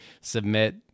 submit